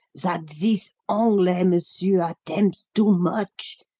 that this anglais monsieur attempts too much,